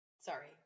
Sorry